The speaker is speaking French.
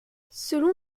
selon